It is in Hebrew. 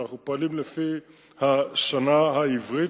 אנחנו פועלים לפי השנה העברית,